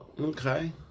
Okay